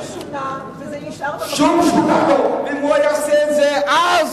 זה שונה, שום שונה, ואם הוא היה עושה את זה אז,